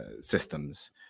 systems